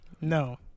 No